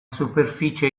superficie